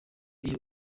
iyo